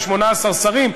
עם 18 שרים,